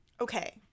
okay